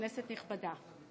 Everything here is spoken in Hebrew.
כנסת נכבדה,